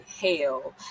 hell